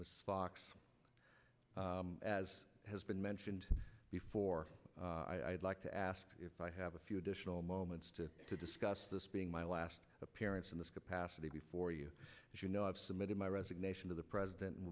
ms fox as has been mentioned before i'd like to ask if i have a few additional moments to to discuss this being my last appearance in this capacity before you as you know i've submitted my resignation to the president